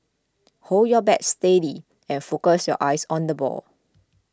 hold your bat steady and focus your eyes on the ball